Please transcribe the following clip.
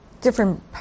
different